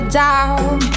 down